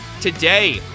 today